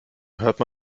hörte